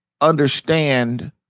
understand